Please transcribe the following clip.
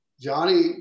Johnny